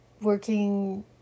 working